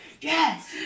yes